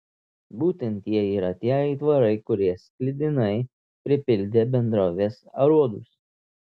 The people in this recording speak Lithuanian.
būtent jie yra tie aitvarai kurie sklidinai pripildė bendrovės aruodus